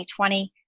2020